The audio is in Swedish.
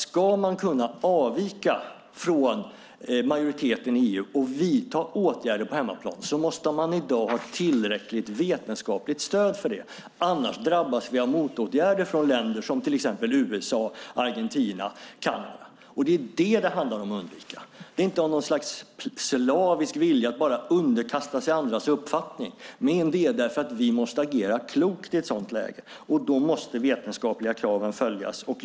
Ska man kunna avvika från majoriteten i EU och vidta åtgärder på hemmaplan måste man i dag ha tillräckligt vetenskapligt stöd för det. Annars drabbas vi av motåtgärder från länder som till exempel USA, Argentina och Kanada. Det är det som det handlar om att undvika. Det handlar inte om något slags slavisk vilja att underkasta sig andras uppfattning. Vi måste agera klokt i ett sådant läge, och då måste de vetenskapliga kraven följas.